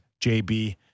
JB